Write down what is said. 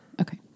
Okay